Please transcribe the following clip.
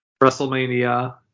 WrestleMania